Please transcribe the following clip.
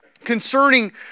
concerning